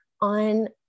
on